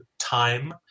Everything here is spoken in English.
time